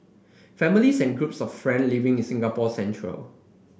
families and groups of friend living in Singapore's centre